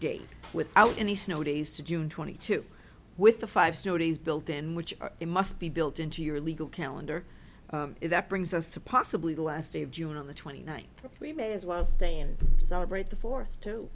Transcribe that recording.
date without any snow days to june two thousand and two with the five snow days built in which it must be built into your legal calendar that brings us to possibly the last day of june on the twenty ninth we may as well stay and celebrate the fourth t